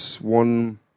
one